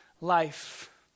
life